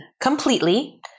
completely